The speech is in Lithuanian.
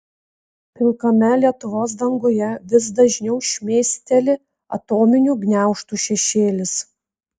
pilkame lietuvos danguje vis dažniau šmėsteli atominių gniaužtų šešėlis